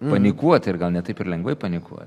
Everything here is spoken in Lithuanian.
panikuot ir gal ne taip ir lengvai panikuot